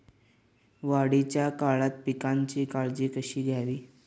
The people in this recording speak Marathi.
वाढीच्या काळात पिकांची काळजी कशी घ्यावी?